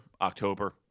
October